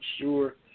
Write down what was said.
sure